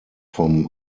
vom